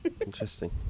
Interesting